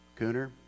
Cooner